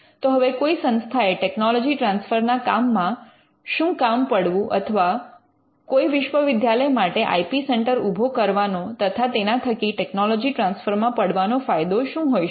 તો હવે કોઈ સંસ્થાએ ટેકનોલોજી ટ્રાન્સફર ના કામમાં શું કામ પડવું અથવા કોઈ વિશ્વવિદ્યાલય માટે આઇ પી સેન્ટર ઉભો કરવાનો તથા તેના થકી ટેકનોલોજી ટ્રાન્સફર માં પડવાનો ફાયદો શું હોઈ શકે